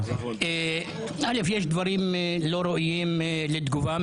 א', יש דברים לא ראויים לתגובה.